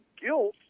guilt